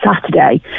Saturday